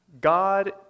God